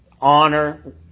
honor